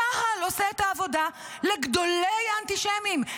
צה"ל עושה את העבודה לגדולי האנטישמים,